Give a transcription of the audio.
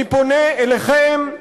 אני פונה אליכם,